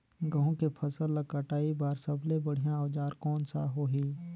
गहूं के फसल ला कटाई बार सबले बढ़िया औजार कोन सा होही?